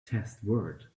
testword